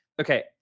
Okay